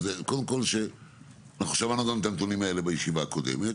קודם כל שאנחנו שמענו גם את הנתונים האלה גם בישיבה הקודמת,